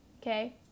okay